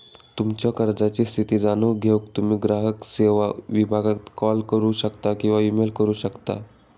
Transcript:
तुमच्यो कर्जाची स्थिती जाणून घेऊक तुम्ही ग्राहक सेवो विभागाक कॉल करू शकता किंवा ईमेल करू शकता